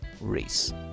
race